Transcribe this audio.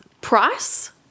price